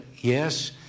yes